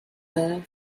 earth